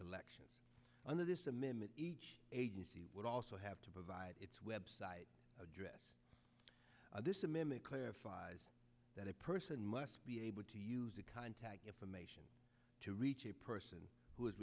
collection under this amendment each agency would also have to provide its website address this a mimic clarifies that a person must be able to use a contact information to reach a person who is